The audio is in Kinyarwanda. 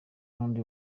n’undi